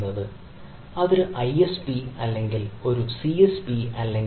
അത് ഒരു ISP അല്ലെങ്കിൽ ഇന്റർനെറ്റ് അല്ലെങ്കിൽ ഒരു CSP അല്ലെങ്കിൽ ക്ലൌഡ് സേവന ദാതാവ്